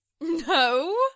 No